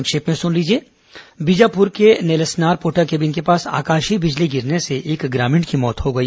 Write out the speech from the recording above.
संक्षिप्त समाचार बीजापुर के नेलसनार पोटाकेबिन के पास आकशीय बिजली गिरने से एक ग्रामीण की मौत हो गई